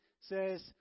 says